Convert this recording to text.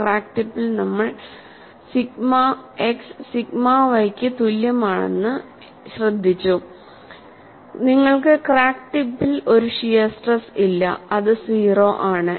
crack ടിപ്പിൽ നമ്മൾ sigma x sigma y ക്ക് തുല്യമാണ് എന്ന് ശ്രദ്ധിച്ചു നിങ്ങൾക്ക് ക്രാക്ക് ടിപ്പിൽ ഒരു ഷിയർ സ്ട്രെസ് ഇല്ല അത് 0 ആണ്